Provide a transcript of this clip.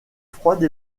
froide